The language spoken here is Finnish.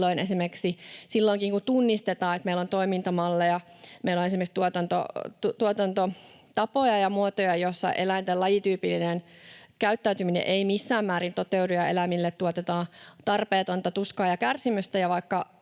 tunnistetaan, että meillä on toimintamalleja, esimerkiksi tuotantotapoja ja -muotoja, joissa eläinten lajityypillinen käyttäytyminen ei missään määrin toteudu ja eläimille tuotetaan tarpeetonta tuskaa ja kärsimystä,